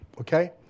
okay